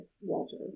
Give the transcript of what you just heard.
Walter